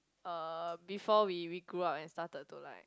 uh before we we grew up and started to like